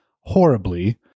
horribly